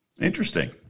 Interesting